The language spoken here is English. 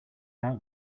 out